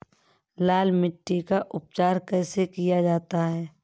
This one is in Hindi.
लाल मिट्टी का उपचार कैसे किया जाता है?